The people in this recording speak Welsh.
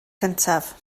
cyntaf